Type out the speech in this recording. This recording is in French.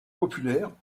populaires